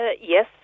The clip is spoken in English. Yes